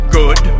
good